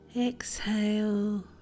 Exhale